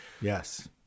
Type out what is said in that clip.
Yes